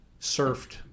surfed